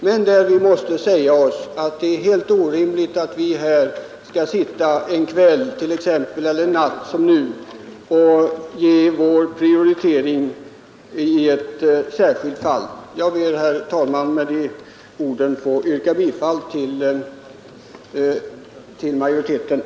Men vi måste säga oss att det är helt orimligt att vi skall sitta t.ex. en kväll eller en natt som nu och prioritera i ett särskilt fall. Jag ber, herr talman, med dessa ord att få yrka bifall till utskottets förslag.